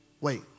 wait